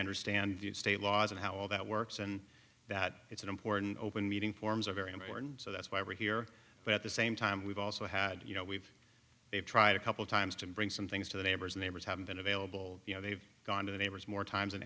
understand the of state laws and how all that works and that it's an important open meeting forms are very important so that's why we're here but at the same time we've also had you know we've tried a couple times to bring some things to the neighbors neighbors haven't been available you know they've gone to the neighbors more times than